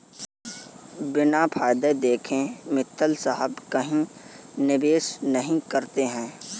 बिना फायदा देखे मित्तल साहब कहीं निवेश नहीं करते हैं